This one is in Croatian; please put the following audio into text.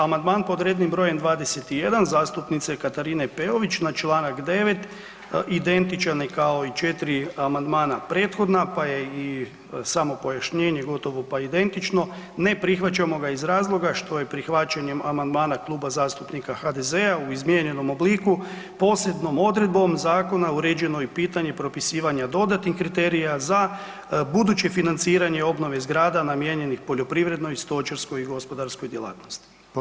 Amandman pod rednim brojem 21 zastupnice Katarine Peović na čl. 9. identičan je i kao 4 amandmana prethodna pa je i samo pojašnjenje gotovo pa identično, ne prihvaćamo ga iz razloga što je prihvaćanjem amandmana Kluba zastupnika HDZ-a u izmijenjenom obliku posebnom odredbom zakona uređeno i pitanje propisivanja dodatnih kriterija za buduće financiranje obnove zgrada namijenjenih poljoprivrednoj, stočarskoj i gospodarskoj djelatnosti.